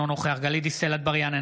אינו נוכח גלית דיסטל אטבריאן,